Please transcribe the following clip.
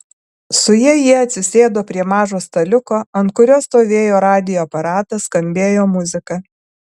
su ja ji atsisėdo prie mažo staliuko ant kurio stovėjo radijo aparatas skambėjo muzika